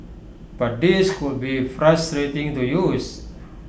but these could be frustrating to use